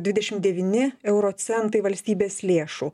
dvidešimt devyni euro centai valstybės lėšų